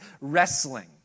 wrestling